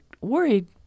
worried